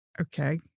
Okay